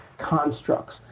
constructs